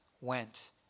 went